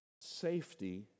Safety